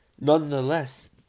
nonetheless